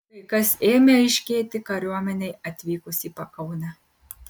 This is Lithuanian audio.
kai kas ėmė aiškėti kariuomenei atvykus į pakaunę